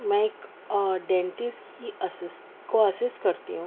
میں ایک ڈینٹسٹ ہی اسسٹ کو اسسٹ کرتی ہوں